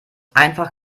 einfach